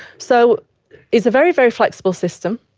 so it's a very, very flexible system.